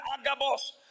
Agabus